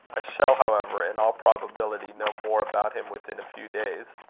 i shall, however, in all probability, know more about him within a few days.